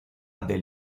del